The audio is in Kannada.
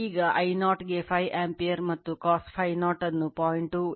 ಈಗ I0 ಗೆ 5 ಆಂಪಿಯರ್ ಮತ್ತು cos Φ0 ಅನ್ನು 0